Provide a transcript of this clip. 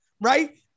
right